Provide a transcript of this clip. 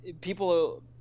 people